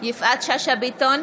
יפעת שאשא ביטון,